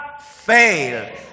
fail